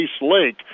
Lake